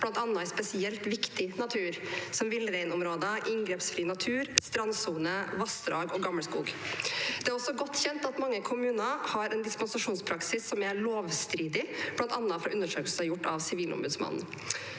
blant annet i spesielt viktig natur som villreinområder, inngrepsfri natur, strandsoner, vassdrag og gammelskog. Det er også godt kjent at mange kommuner har en dispensasjonspraksis som er lovstridig, blant annet fra undersøkelser gjort av Sivilombudet.